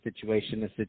situation